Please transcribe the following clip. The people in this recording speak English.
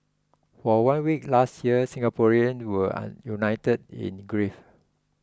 for one week last year Singaporeans were united in grief